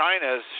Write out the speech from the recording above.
China's